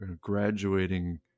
graduating